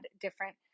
different